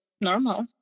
normal